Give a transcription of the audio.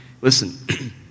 Listen